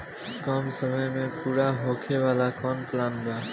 कम समय में पूरा होखे वाला कवन प्लान बा?